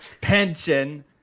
pension